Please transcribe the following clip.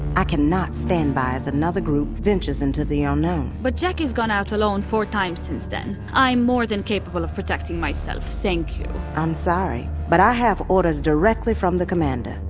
i cannot standby as another group ventures into the unknown but jacki's gone out alone four times since then. i'm more than capable of protecting myself, thank you i'm sorry, but i have orders directly from the commander.